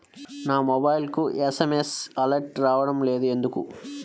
నా మొబైల్కు SMS alerts రావడం లేదు ఎందుకు?